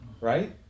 right